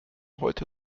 heute